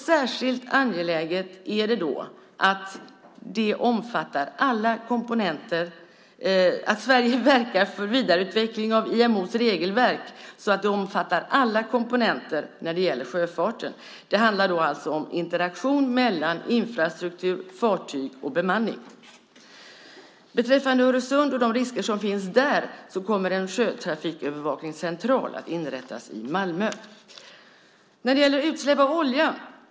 Särskilt angeläget är då att Sverige verkar för en vidareutveckling av IMO:s regelverk, så att det omfattar alla komponenter när det gäller sjöfarten. Det handlar alltså om interaktion mellan infrastruktur, fartyg och bemanning. Beträffande Öresund och de risker som finns där kommer en sjötrafikövervakningscentral att inrättas i Malmö. Sedan gäller det utsläpp av olja.